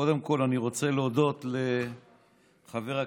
קודם כול, אני רוצה להודות לחבר הכנסת,